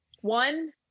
One